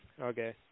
Okay